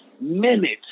Minutes